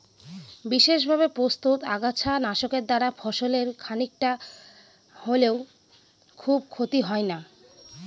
বিশেষভাবে প্রস্তুত আগাছা নাশকের দ্বারা ফসলের খানিকটা হলেও খুব ক্ষতি হয় না